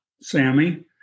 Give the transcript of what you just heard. Sammy